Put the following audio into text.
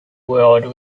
world